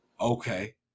Okay